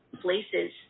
places